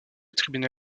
tribunal